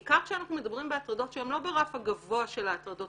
בעיקר כשאנחנו מדברים בהטרדות שהן לא ברף הגבוה של ההטרדות